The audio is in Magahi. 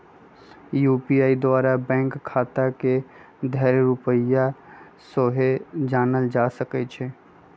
यू.पी.आई द्वारा बैंक खता में धएल रुपइया सेहो जानल जा सकइ छै